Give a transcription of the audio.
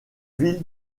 ville